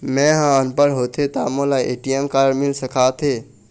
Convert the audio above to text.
मैं ह अनपढ़ होथे ता मोला ए.टी.एम कारड मिल सका थे?